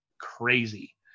crazy